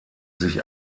sich